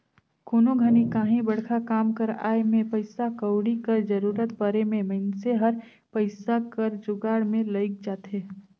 कोनो घनी काहीं बड़खा काम कर आए में पइसा कउड़ी कर जरूरत परे में मइनसे हर पइसा कर जुगाड़ में लइग जाथे